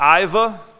Iva